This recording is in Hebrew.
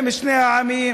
עם שני העמים,